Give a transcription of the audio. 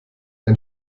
ein